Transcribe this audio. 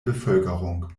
bevölkerung